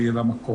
יהיה לה מקום.